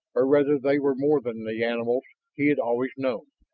or rather they were more than the animals he had always known.